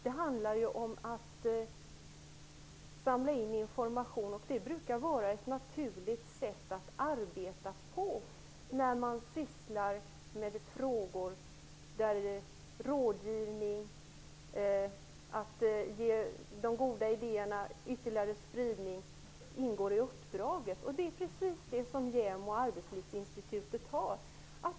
Den handlar om att samla in information, vilket brukar vara ett naturligt sätt att arbeta på när man sysslar med frågor där rådgivning och ytterligare spridning av goda idéer ingår i uppdraget. Det är precis detta uppdrag som JämO och Arbetslivsinstitutet har.